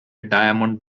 diamond